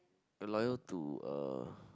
you're loyal to uh